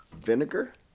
vinegar